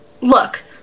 Look